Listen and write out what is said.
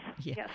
Yes